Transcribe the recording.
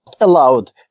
allowed